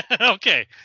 Okay